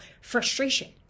frustration